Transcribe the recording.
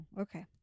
okay